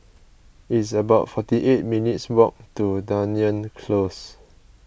it's about forty eight minutes' walk to Dunearn Close